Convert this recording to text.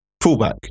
Fullback